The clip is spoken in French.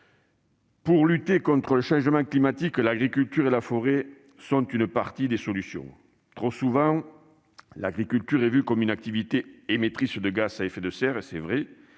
Pour lutter contre le changement climatique, l'agriculture et la forêt représentent une partie de la solution. Trop souvent, l'agriculture est perçue comme une activité émettrice de gaz à effet de serre ; elle l'est,